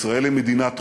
ישראל היא מדינת חוק,